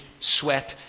sweat